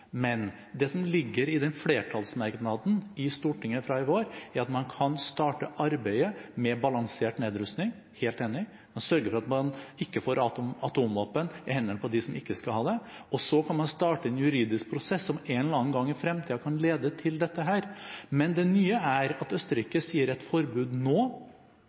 Men det som ligger i den flertallsmerknaden i Stortinget fra i vår, er at man kan starte arbeidet med balansert nedrustning. Helt enig, man sørger for at det ikke kommer atomvåpen i hendene på dem som ikke skal ha det, og så kan man starte en juridisk prosess som en eller annen gang i fremtiden kan lede til dette. Men det nye er at Østerrike sier: et forbud nå,